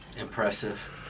Impressive